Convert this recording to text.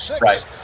Right